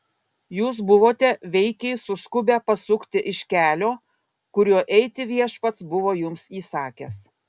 jūs buvote veikiai suskubę pasukti iš kelio kuriuo eiti viešpats buvo jums įsakęs